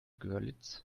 görlitz